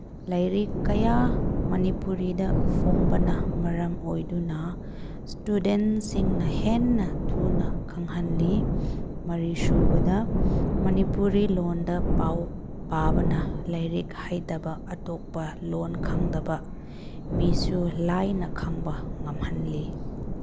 ꯂꯥꯏꯔꯤꯛ ꯀꯌꯥ ꯃꯅꯤꯄꯨꯔꯤꯗ ꯐꯣꯡꯕꯅ ꯃꯔꯝ ꯑꯣꯏꯗꯨꯅ ꯏꯁꯇꯨꯗꯦꯟꯁꯤꯡꯅ ꯍꯦꯟꯅ ꯊꯨꯅ ꯈꯪꯍꯜꯂꯤ ꯃꯔꯤꯁꯨꯕꯗ ꯃꯅꯤꯄꯨꯔꯤ ꯂꯣꯜꯗ ꯄꯥꯎ ꯄꯥꯕꯅ ꯂꯥꯏꯔꯤꯛ ꯍꯩꯇꯕ ꯑꯇꯣꯞꯄ ꯂꯣꯜ ꯈꯪꯗꯕ ꯃꯤꯁꯨ ꯂꯥꯏꯅ ꯈꯪꯕ ꯉꯝꯍꯜꯂꯤ